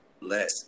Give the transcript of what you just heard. less